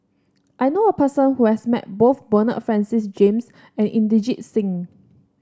I know a person who has met both Bernard Francis James and Inderjit Singh